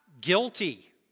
guilty